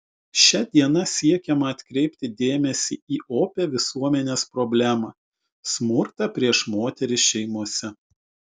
šia diena siekiama atkreipti dėmesį į opią visuomenės problemą smurtą prieš moteris šeimose